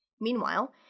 Meanwhile